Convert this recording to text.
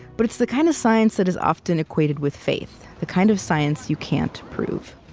but it's the kind of science that is often equated with faith, the kind of science you can't prove